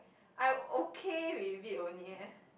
I'm okay with it only eh